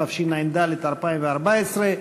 התשע"ד 2014,